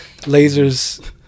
lasers